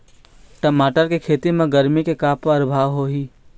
टमाटर के खेती म गरमी के का परभाव होही?